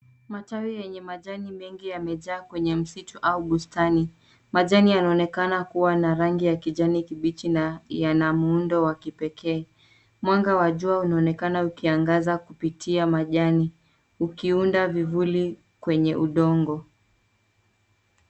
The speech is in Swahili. Matawi yenye majani mengi yamejaa kwenye msitu au bustani. Majani yanaonekana kuwa na rangi ya kijani kibichi na yana muundo wa kipekee. Mwanga wa jua unaonekana ukiangaza kupitia majani ukiunda vivuli kwenye udongo.